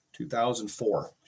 2004